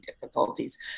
difficulties